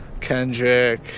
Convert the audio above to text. kendrick